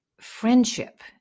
friendship